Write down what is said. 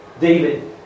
David